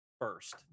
first